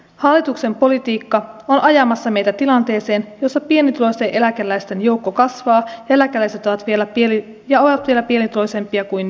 hallituksen politiikka on ajamassa meitä tilanteeseen jossa pienituloisten eläkeläisten joukko kasvaa ja eläkeläiset ovat vielä pienituloisempia kuin nyt